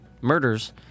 Murders